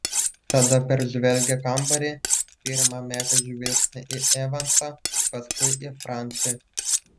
tada peržvelgė kambarį pirma metė žvilgsnį į evansą paskui į francį